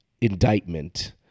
indictment